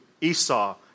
Esau